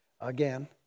again